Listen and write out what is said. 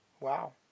wow